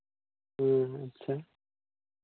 ᱦᱮᱸ ᱟᱪᱪᱷᱟ